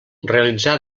realitzar